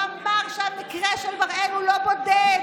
הוא אמר שהמקרה של בראל לא בודד,